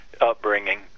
upbringing